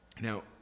Now